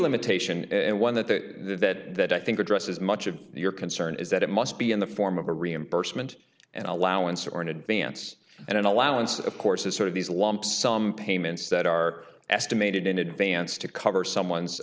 limitation and one that i think addresses much of your concern is that it must be in the form of a reimbursement and allowance or an advance and an allowance of course is sort of these lump sum payments that are estimated in advance to cover someone's